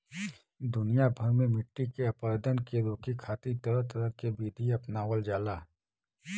दुनिया भर में मट्टी के अपरदन के रोके खातिर तरह तरह के विधि अपनावल जाला